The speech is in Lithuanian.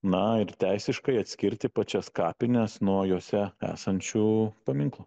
na ir teisiškai atskirti pačias kapines nuo jose esančių paminklų